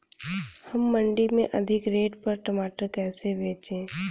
हम मंडी में अधिक रेट पर टमाटर कैसे बेचें?